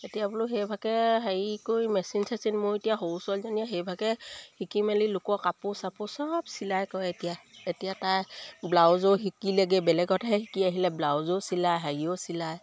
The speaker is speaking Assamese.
এতিয়া বোলো সেইভাগে হেৰি কৰি মেচিন চেচিন মোৰ এতিয়া সৰু ছোৱালীজনীয়ে সেইভাগে শিকি মেলি লোকৰ কাপোৰ চাপোৰ চব চিলাই কৰি এতিয়া এতিয়া তাই ব্লাউজো শিকিলেগৈ বেলেগতহে শিকি আহিলে ব্লাউজো চিলাই হেৰিও চিলাই